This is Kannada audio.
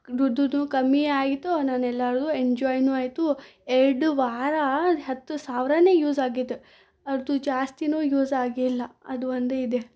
ದುಡ್ಡುದು ಕಮ್ಮಿಯಾಯಿತು ನಾನೆಲ್ಲಾರ್ದು ಎಂಜೊಯ್ನು ಆಯಿತು ಎರಡು ವಾರ ಹತ್ತು ಸಾವಿರನೆ ಯೂಸ್ ಆಗಿದ್ದು ಅದು ಜಾಸ್ತಿನೂ ಯೂಸ್ ಆಗಿಲ್ಲ ಅದು ಒಂದು ಇದೆ